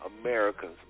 Americans